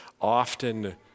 often